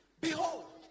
Behold